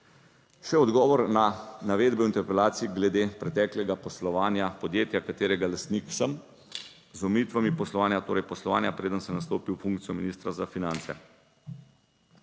Še odgovor na navedbe v interpelaciji glede preteklega poslovanja podjetja, katerega lastnik sem, z omejitvami poslovanja, torej poslovanja preden sem nastopil funkcijo ministra za finance.